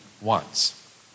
wants